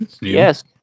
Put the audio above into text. Yes